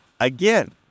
Again